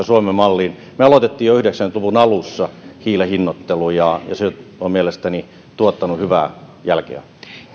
suomen malliin me aloitimme jo yhdeksänkymmentä luvun alussa hiilen hinnoittelun ja se on mielestäni tuottanut hyvää jälkeä